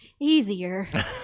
easier